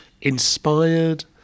inspired